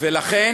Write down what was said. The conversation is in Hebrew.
ולכן,